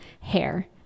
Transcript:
hair